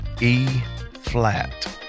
E-flat